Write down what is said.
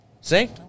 See